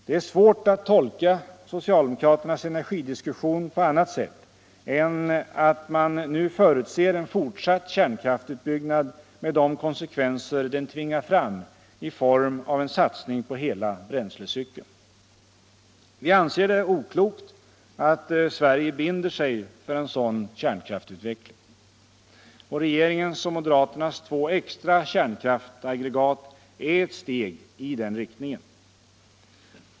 Det är svårt att tolka socialdemokraternas energidiskussion på annat sätt än att man nu förutser en fortsatt kärnkraftsutbyggnad med de konsekvenser den tvingar fram i form av en satsning Vi anser det oklokt att Sverige binder sig för en sådan kärnkraftsutveckling — och regeringens och moderaternas två extra kärnkraftsaggregat är ett steg i den riktningen.